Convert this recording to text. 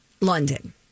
London